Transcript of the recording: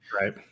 Right